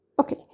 Okay